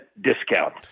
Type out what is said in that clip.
discount